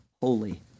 holy